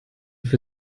für